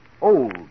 old